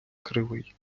кривий